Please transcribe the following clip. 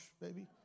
baby